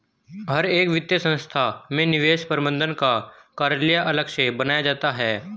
हर एक वित्तीय संस्था में निवेश प्रबन्धन का कार्यालय अलग से बनाया जाता है